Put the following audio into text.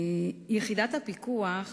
יחידת הפיקוח